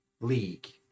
League